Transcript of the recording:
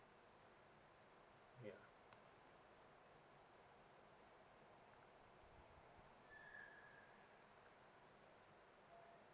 ya